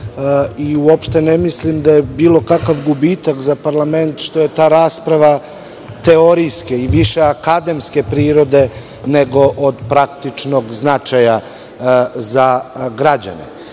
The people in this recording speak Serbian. i uopšte ne mislim da je bilo kakav gubitak za parlament što je ta rasprava teorijske i više akademske prirode, nego od praktičnog značaja za građane.